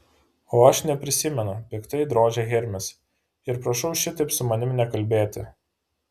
o aš neprisimenu piktai drožia hermis ir prašau šitaip su manimi nekalbėti